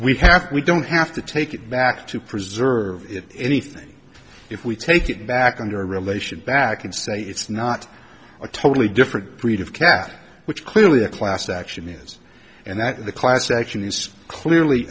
we have we don't have to take it back to preserve it anything if we take it back on your relation back and say it's not a totally different breed of cat which clearly a class action is and that the class action is clearly